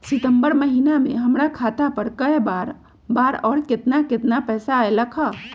सितम्बर महीना में हमर खाता पर कय बार बार और केतना केतना पैसा अयलक ह?